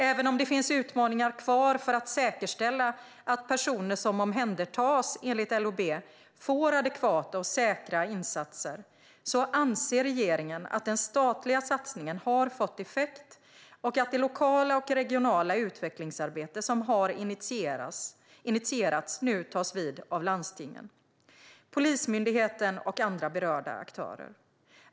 Även om det finns utmaningar kvar för att säkerställa att personer som omhändertas enligt LOB får adekvata och säkra insatser, anser regeringen att den statliga satsningen har fått effekt och att det lokala och regionala utvecklingsarbete som har initierats nu tas vid av landstingen, Polismyndigheten och andra berörda aktörer.